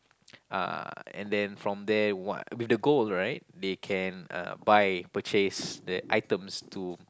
uh and then from there what with the gold right they can uh buy purchase the items to